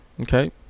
Okay